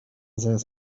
zaraz